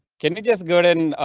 can you just go and, and